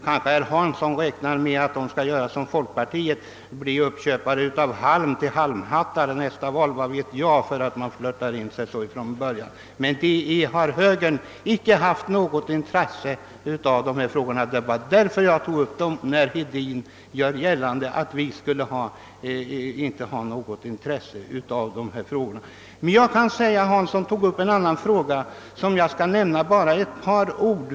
Kanske räknar herr Hansson med att detta parti i likhet med folkpartiet skall bli uppköpare av halmhattar till nästa val. — Jag vet annars inte vilken anledningen kan vara till att man försöker flirta in sig så. Men högern har inte haft något intresse av naturvården och det var därför jag tog upp frågan om strandlagen när herr Hedin gjorde gällande att inte heller vi på vårt håll skulle ha haft något intresse av naturvården. Herr Hansson i Skegrie kom in på en annan fråga, om vilken jag bara skall säga ett par ord.